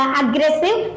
aggressive